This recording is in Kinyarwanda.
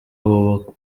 abo